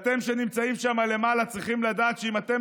אתם שנמצאים שם למעלה צריכים לדעת שאם אתם